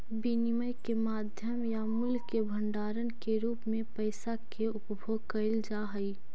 विनिमय के माध्यम या मूल्य के भंडारण के रूप में पैसा के उपयोग कैल जा हई